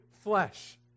flesh